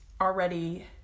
already